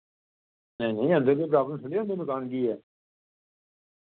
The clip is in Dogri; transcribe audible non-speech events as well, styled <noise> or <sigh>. नेईं नेईं <unintelligible>